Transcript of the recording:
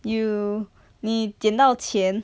you 你捡到钱